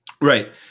right